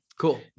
cool